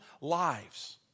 lives